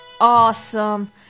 awesome